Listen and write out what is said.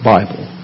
Bible